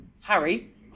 Harry